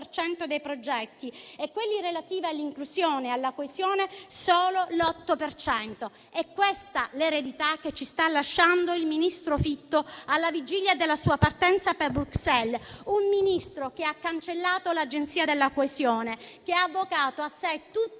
dei progetti e, di quelli relativi all'inclusione e alla coesione, solo l'8 per cento. È questa l'eredità che ci sta lasciando il ministro Fitto alla vigilia della sua partenza per Bruxelles: un Ministro che ha cancellato l'Agenzia della coesione, che ha avocato a sé tutte